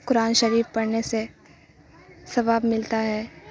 قرآن شریف پڑھنے سے ثواب ملتا ہے